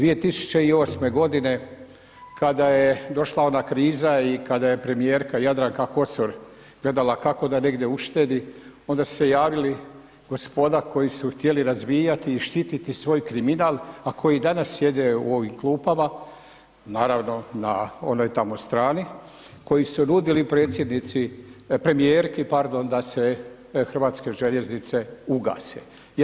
2008. godine kada je došla ona kriza i kada je premijerka Jadranka Kosor gledala kako da negdje uštedi onda su se javili gospoda koji su htjeli razvijati i štititi svoj kriminal, a koji danas sjede u ovim klupama, naravno na onoj tamo strani, koji su nudili predsjednici, premijerki pardon, da se hrvatske željeznice ugase.